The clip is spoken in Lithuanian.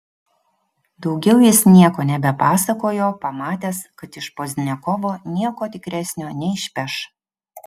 daugiau jis nieko nebepasakojo pamatęs kad iš pozdniakovo nieko tikresnio neišpeš